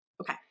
Okay